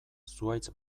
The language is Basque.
zuhaitz